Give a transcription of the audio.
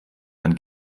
dann